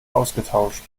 ausgetauscht